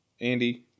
Andy